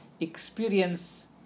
experience